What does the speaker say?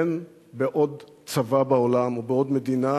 אין בעוד צבא בעולם ובעוד מדינה